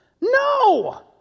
no